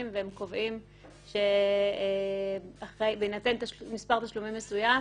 והם קובעים שבהינתן מספר תשלומים מסוים,